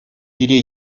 пире